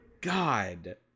God